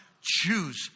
Choose